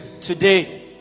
Today